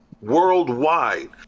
worldwide